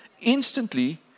Instantly